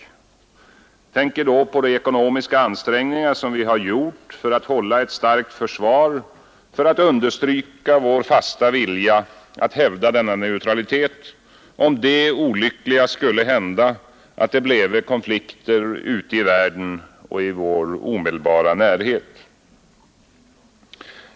Jag tänker då på de ekonomiska ansträngningar som vi har gjort för att hålla ett starkt försvar för att understryka vår fasta vilja att hävda denna neutralitet om det olyckliga skulle hända att det bleve konflikter ute i världen och i vår omedelbara närhet.